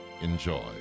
Enjoy